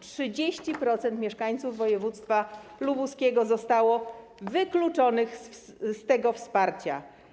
30% mieszkańców województwa lubuskiego zostało wykluczonych z tego wsparcia.